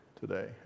today